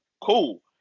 Cool